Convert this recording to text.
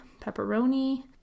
pepperoni